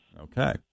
Okay